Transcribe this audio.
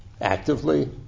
actively